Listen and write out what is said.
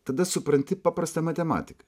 tada supranti paprastą matematiką